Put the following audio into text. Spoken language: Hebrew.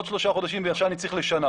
עוד שלושה חודשים וישר אני צריך לשנה.